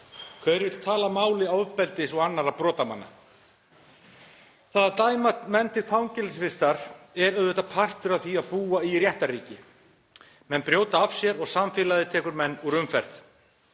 Hver vill tala máli ofbeldismanna og annarra brotamanna? Það að dæma menn til fangelsisvistar er auðvitað partur af því að búa í réttarríki. Menn brjóta af sér og samfélagið tekur menn úr umferð.